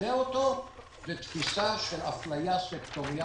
שמנחה אותו הוא תפיסה של אפליה סקטוריאלית.